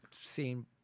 seen